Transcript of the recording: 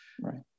right